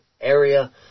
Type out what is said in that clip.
area